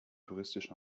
touristisch